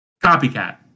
Copycat